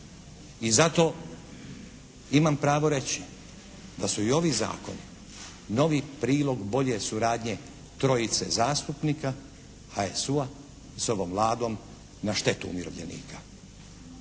I zato imam pravo reći da su i ovi zakoni novi prilog bolje suradnje trojice zastupnika HSU-a s ovom Vladom na štetu umirovljenika.